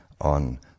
on